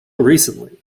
recently